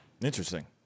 Interesting